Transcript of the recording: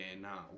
now